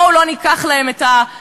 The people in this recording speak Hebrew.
ובואו ניתן לכוחות הביטחון